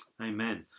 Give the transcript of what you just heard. amen